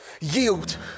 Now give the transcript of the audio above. Yield